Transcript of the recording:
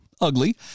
ugly